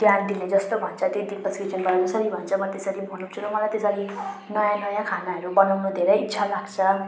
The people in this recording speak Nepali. त्यहाँ आन्टीले जस्तो भन्छ डिम्पल्स किचनमा जसरी भन्छ म त्यसरी बनाउँछु र मलाई त्यसरी नयाँ नयाँ खानाहरू बनाउनु धेरै इच्छा लाग्छ